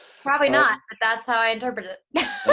probably not, but that's how i interpreted it.